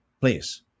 please